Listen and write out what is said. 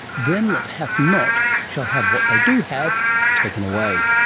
them that hath not shall have what they do have taken away.